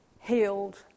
healed